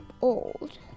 Old